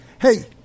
Hey